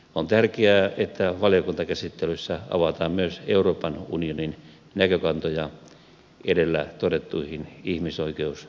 on tärkeää että valiokuntakäsittelyssä avataan myös euroopan unionin näkökantoja edellä todettuihin ihmisoikeusloukkauksiin